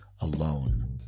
alone